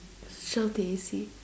switched off the A_C